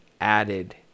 added